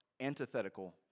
antithetical